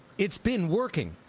it's been working.